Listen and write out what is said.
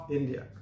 India